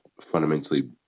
fundamentally